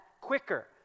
quicker